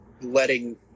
letting